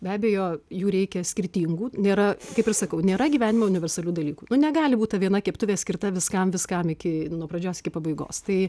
be abejo jų reikia skirtingų nėra kaip ir sakau nėra gyvenime universalių dalykų nu negali būt ta viena keptuvė skirta viskam viskam iki nuo pradžios iki pabaigos tai